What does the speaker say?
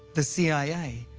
the cia,